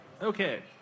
Okay